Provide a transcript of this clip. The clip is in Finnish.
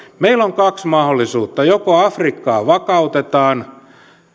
meillä on kaksi mahdollisuutta jos afrikkaa vakautetaan